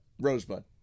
Rosebud